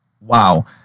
wow